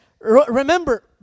Remember